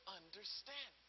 understand